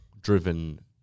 driven –